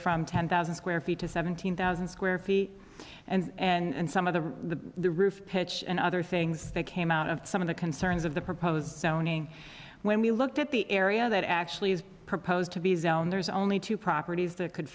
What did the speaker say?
from ten thousand square feet to seventeen thousand square feet and and some of the roof pitch and other things that came out of some of the concerns of the proposed zoning when we looked at the area that actually is proposed to be zone there's only two properties that could